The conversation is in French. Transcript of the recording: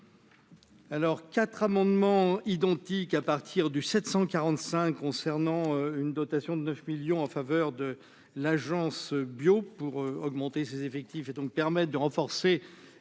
Alors 4 amendements identiques à partir du 745 concernant une dotation de 9 millions en faveur de l'Agence Bio, pour augmenter ses effectifs et donc permettent de renforcer